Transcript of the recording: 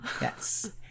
Yes